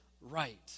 right